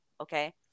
Okay